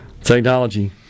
Technology